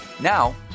Now